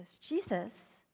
Jesus